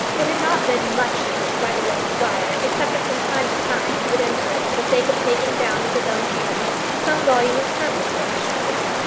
it had not been much used by the late squire except that from time to time he would enter it for the sake of taking down with his own hands some volume of sermons from the shelves.